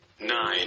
nine